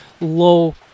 low